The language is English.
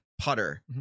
putter